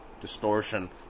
distortion